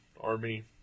army